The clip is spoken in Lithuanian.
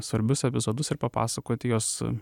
svarbius epizodus ir papasakoti juos